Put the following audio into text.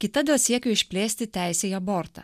kita dėl siekio išplėsti teisę į abortą